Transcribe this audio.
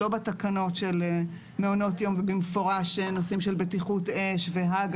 לא בתקנות של מעונות יום ובמפורש נושאים של בטיחות אש והג"א,